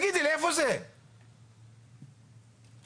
כבר קרה,